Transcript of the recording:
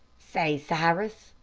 say, cyrus,